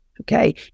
Okay